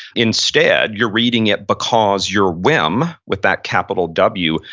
instead you're reading it because your whim, with that capital w,